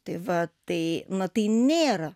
tai va tai na tai nėra